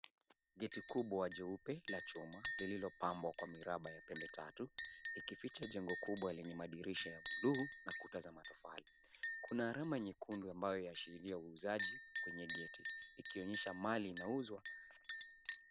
Geti kubwa jeupe la chuma lililopambwa kwa miraba ya pembe tatu ikificha jengo kubwa lenye madirisha ya buluu na kuta za matofali. Kuna alama nyekundu inayoangazia uuzaji kwenye geti ikionyesha mali inauzwa.